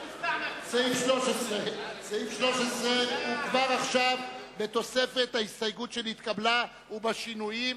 סעיף 13 הוא כבר עכשיו עם תוספת ההסתייגות שנתקבלה ובשינויים